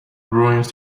ruins